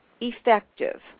effective